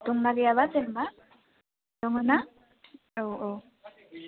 दंना गैयाबा जेनेबा दङना औ औ